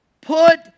Put